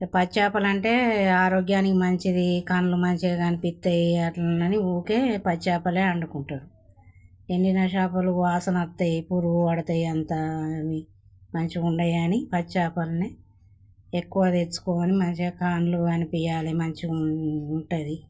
పచ్చి చేపలు అంటే ఆరోగ్యానికి మంచిది కళ్ళు మంచిగా కనిపిస్తాయి అట్లుంనీ ఉరికే పచ్చి చేపలే వండుకుంటారు ఎండిన చేపలు వాసన వస్తాయి పురుగులు పడుతాయి అంతా అవి మంచి ఉండదు అని పచ్చి చేపలనే ఎక్కువ తెచ్చుకోని మంచిగా కళ్ళు కనిపించాలి మంచిగా ఉంటుంది అప్పుడు